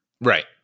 Right